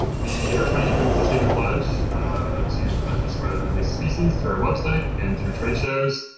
we are trying to get people to take a pledge to prevent the spread of and invasive species through our website and through trade shows.